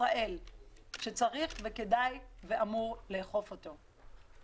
ישראל שצריך, כדאי ואמור לאכוף אותו.